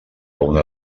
una